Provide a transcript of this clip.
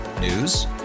News